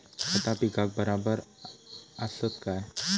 खता पिकाक बराबर आसत काय?